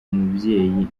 umubyeyi